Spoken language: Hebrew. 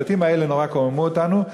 המשפטים האלה נורא קוממו אותנו,